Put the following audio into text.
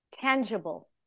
Tangible